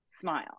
smile